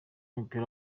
w’umupira